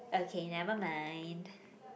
okay never mind